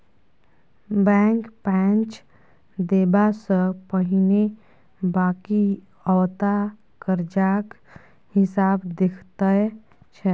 bank पैंच देबा सँ पहिने बकिऔता करजाक हिसाब देखैत छै